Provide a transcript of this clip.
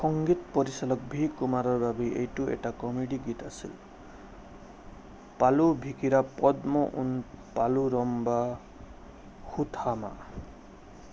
সংগীত পৰিচালক ভি কুমাৰৰ বাবে এইটো এটা কমেডি গীত আছিল পালু বিকিৰা পদ্ম উন পালু ৰম্বা সুথহামা